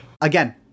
Again